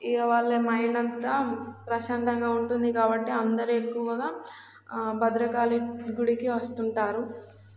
ఇంకా వాళ్ళ మైండ్ అంతా ప్రశాంతంగా ఉంటుంది కాబట్టి అందరూ ఎక్కువగా భద్రకాళి గుడికి వస్తుంటారు